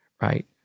right